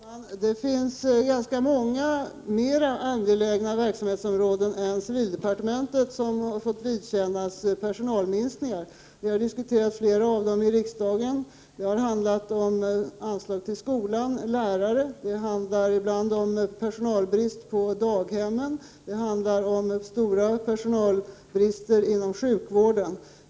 Herr talman! Det finns ganska många mer angelägna verksamhetsområden än civildepartementets som har fått vidkännas personalminskningar. Vi har diskuterat flera av dem i riksdagen. Det har handlat om anslag till skolan, till lärartjänster. Det handlar ibland om personalbrist på daghemmen. Det handlar om stora personalbrister inom sjukvården.